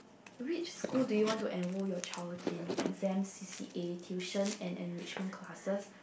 which school do you want to enroll your child in exam c_c_a tuition and enrichment classes